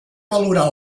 valorar